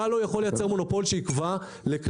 אתה לא יכול לייצר מונופול שיקבע לכלל